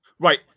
Right